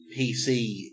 PC